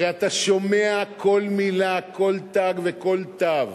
הרי אתה שומע כל מלה, כל תג וכל תו,